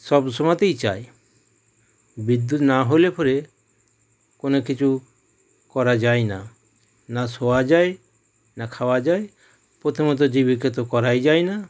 সব সময়তেই চাই বিদ্যুৎ না হলে পরে কোনও কিছু করা যায় না না শোওয়া যায় না খাওয়া যায় প্রথমে তো জীবিকা তো করাই যায় না